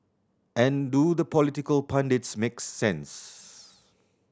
and do the political pundits make sense